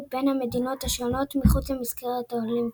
בין המדינות השונות מחוץ למסגרת האולימפית,